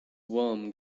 worm